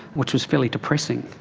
which was fairly depressing,